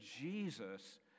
Jesus